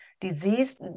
disease